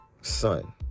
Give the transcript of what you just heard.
son